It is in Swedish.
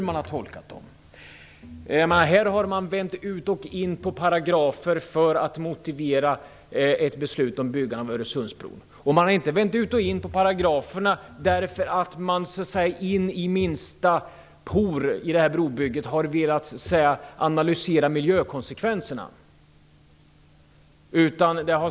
Man har vänt ut och in på paragrafer för att motivera ett beslut om byggandet av Öresundsbron. Det har man inte gjort därför att man in i minsta detalj har velat analysera miljökonsekvenserna.